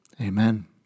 Amen